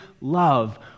love